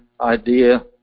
idea